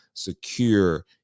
secure